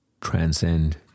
transcend